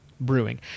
brewing